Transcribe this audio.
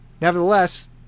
Nevertheless